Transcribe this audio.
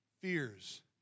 fears